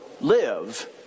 live